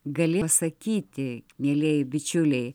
gali pasakyti mielieji bičiuliai